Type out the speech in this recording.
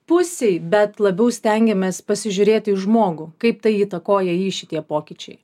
pusei bet labiau stengiamės pasižiūrėti į žmogų kaip tai įtakoja jį šitie pokyčiai